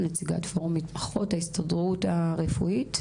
נציגת פורום מתמחות מההסתדרות הרפואית.